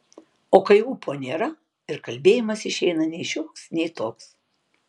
o kai ūpo nėra ir kalbėjimas išeina nei šioks nei toks